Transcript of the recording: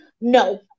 no